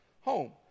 home